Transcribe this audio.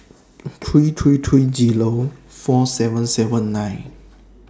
three three three Zero four seven seven nine